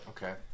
Okay